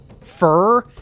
fur